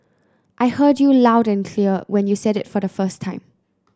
I heard you loud and clear when you said it the first time